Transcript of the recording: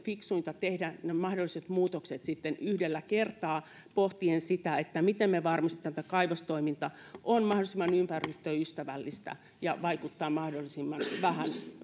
fiksuinta tehdä ne mahdolliset muutokset sitten yhdellä kertaa pohtien sitä miten me varmistamme että kaivostoiminta on mahdollisimman ympäristöystävällistä ja vaikuttaa mahdollisimman vähän